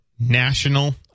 national